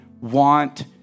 want